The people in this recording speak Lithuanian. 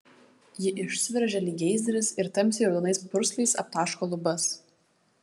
ji išsiveržia lyg geizeris ir tamsiai raudonais purslais aptaško lubas